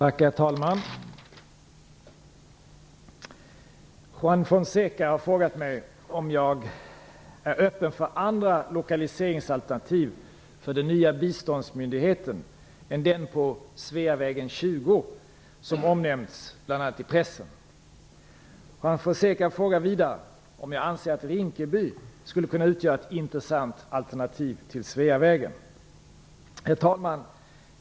Herr talman! Juan Fonseca har frågat mig om jag är öppen för andra lokaliseringsalternativ för den nya biståndsmyndigheten än den på Sveavägen 20 som omnämnts bl.a. i pressen. Juan Fonseca frågar vidare om jag anser att Rinkeby skulle kunna utgöra ett intressant alternativ till Sveavägen. Herr talman!